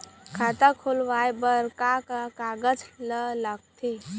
खाता खोलवाये बर का का कागज ल लगथे?